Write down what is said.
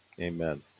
Amen